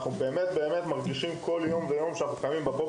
אנחנו מרגישים את השליחות הזו מידי יום כשמתעוררים בבוקר,